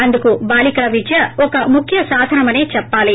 అందుకు బాలికా విద్య ఒక ముఖ్యసాధనమసే చెప్పాలి